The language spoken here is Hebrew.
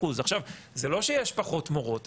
זה לא שיש פחות מורות,